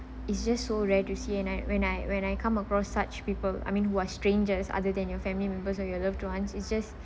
it's just so rare to see and I when I when I come across such people I mean who are strangers other than your family members or your love one it's just